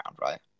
right